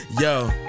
yo